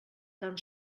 tan